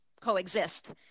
coexist